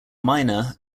minor